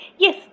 Yes